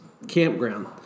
Campground